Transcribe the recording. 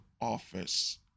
office